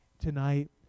tonight